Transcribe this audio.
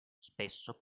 spesso